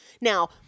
Now